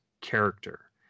character